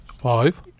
five